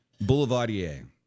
Boulevardier